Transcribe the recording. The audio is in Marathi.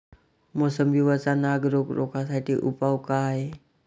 मोसंबी वरचा नाग रोग रोखा साठी उपाव का हाये?